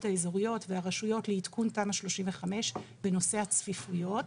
האזוריות והרשויות לעדכון תמ"א 35 בנושא הצפיפות.